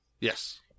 Yes